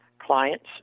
clients